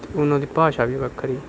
ਅਤੇ ਉਨ੍ਹਾਂ ਦੀ ਭਾਸ਼ਾ ਵੀ ਵੱਖਰੀ